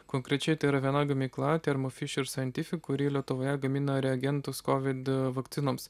konkrečiai tai yra viena gamykla termofošer santifik kuri lietuvoje gamina reagentus kovid vakcinoms